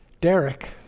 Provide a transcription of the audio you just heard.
Derek